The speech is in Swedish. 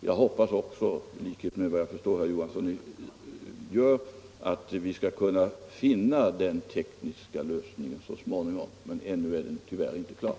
Jag hoppas också i likhet med herr Johansson i Skärstad att man skall finna den tekniska lösningen så småningom, men ännu är den tyvärr inte klar.